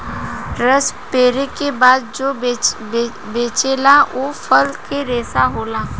रस पेरे के बाद जो बचेला उ फल के रेशा होला